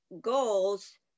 goals